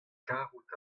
karout